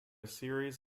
series